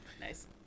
Nice